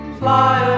fly